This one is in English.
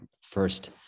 first